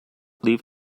leave